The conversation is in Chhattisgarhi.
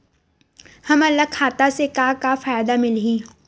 हमन ला खाता से का का फ़ायदा मिलही?